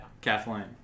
Kathleen